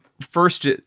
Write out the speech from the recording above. First